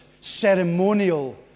ceremonial